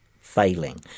failing